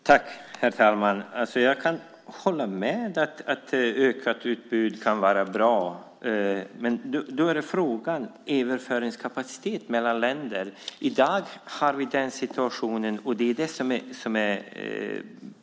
Herr talman! Jag kan hålla med om att ett ökat utbud kan vara bra, men då har vi frågan om överföringskapaciteten mellan länder.